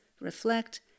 reflect